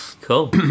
cool